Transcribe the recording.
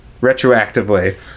retroactively